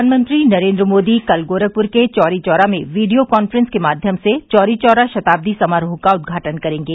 प्रधानमंत्री नरेन्द्र मोदी कल गोरखपुर के चौरी चौरा में वीडियो कान्फ्रेंस के माध्यम से चौरी चौरा शताब्दी समारोह का उद्घाटन करेंगे